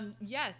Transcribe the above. Yes